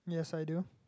yes I do